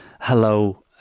hello